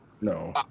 No